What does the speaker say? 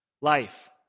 Life